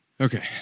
Okay